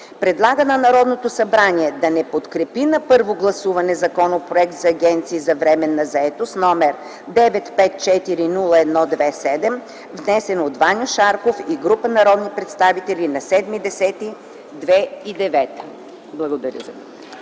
Предлага на Народното събрание да не подкрепи на първо гласуване Законопроект за агенциите за временна заетост, № 954 01 27, внесен от Ваньо Шарков и група народни представители на 07.10.2009 г.” Благодаря за